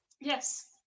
yes